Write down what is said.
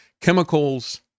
chemicals